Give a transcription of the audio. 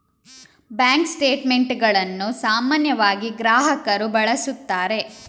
bank ಸ್ಟೇಟ್ ಮೆಂಟುಗಳನ್ನು ಸಾಮಾನ್ಯವಾಗಿ ಗ್ರಾಹಕರು ಬಳಸುತ್ತಾರೆ